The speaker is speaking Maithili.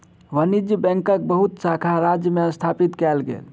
वाणिज्य बैंकक बहुत शाखा राज्य में स्थापित कएल गेल